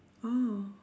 oh